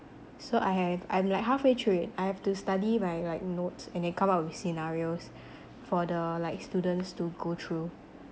so I have I'm like halfway through it I have to study my like notes and then come up with scenarios for the like students to go through